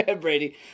brady